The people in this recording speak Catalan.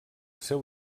seu